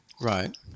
Right